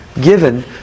given